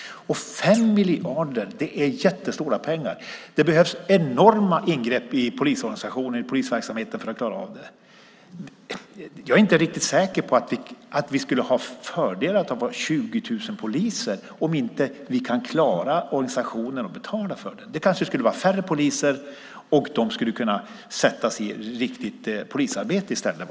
Det är jättestora pengar. Det behövs enorma ingrepp i polisorganisationen och polisverksamheten för att klara av det. Jag är inte säker på att vi skulle ha någon fördel av att ha 20 000 poliser om vi inte kan klara organisationen och betala för den. Det kanske skulle vara färre poliser som kan sättas i riktigt polisarbete i stället.